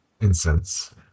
incense